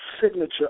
signature